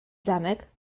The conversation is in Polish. zamek